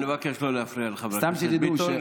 אני מבקש לא להפריע לחבר הכנסת ביטון לנאום.